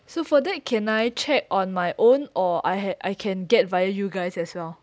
so for that can I check on my own or I had I can get via you guys as well